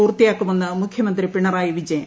പൂർത്തിയാക്കുമെന്ന് മുഖ്യമന്ത്രി പിണറായി വിജയൻ